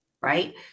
right